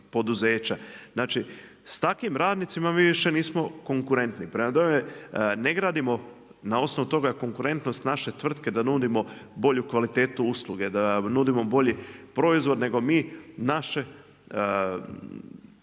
Znači s takvim radnicima mi više nismo konkurentni. Prema tome, ne gradimo na osnovu toga je konkurentnost naše tvrtke da nudimo bolju kvalitetu usluge, da nudimo bolji proizvod nego mi naše